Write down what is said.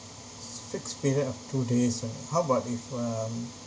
fixed period of two days uh how about if um